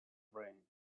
brain